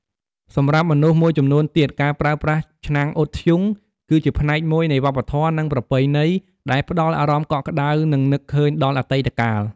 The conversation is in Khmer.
សម្រាប់មនុស្សមួយចំនួនទៀត ការប្រើប្រាស់ឆ្នាំងអ៊ុតធ្យូងគឺជាផ្នែកមួយនៃវប្បធម៌ និងប្រពៃណី ដែលផ្តល់អារម្មណ៍កក់ក្ដៅ និងនឹកឃើញដល់អតីតកាល។